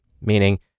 meaning